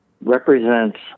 represents